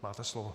Máte slovo.